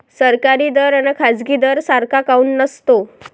सरकारी दर अन खाजगी दर सारखा काऊन नसतो?